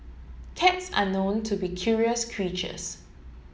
cats are known to be curious creatures